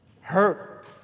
Hurt